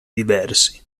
diversi